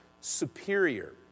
superior